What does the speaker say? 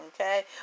Okay